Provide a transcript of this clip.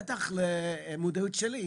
בטח למודעות שלי,